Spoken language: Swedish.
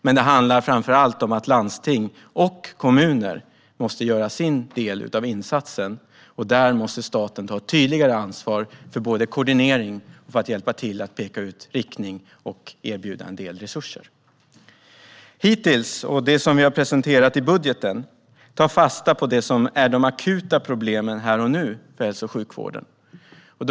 Men det handlar framför allt om att landsting och kommuner måste göra sin del av insatsen, och där måste staten ta ett tydligare ansvar för att koordinera, hjälpa till att peka ut riktning och erbjuda en del resurser. Det som vi har presenterat i budgeten tar fasta på de akuta problemen för hälso och sjukvården här och nu.